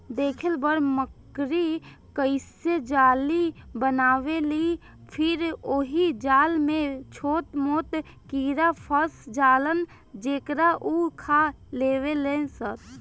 देखेल बड़ मकड़ी कइसे जाली बनावेलि फिर ओहि जाल में छोट मोट कीड़ा फस जालन जेकरा उ खा लेवेलिसन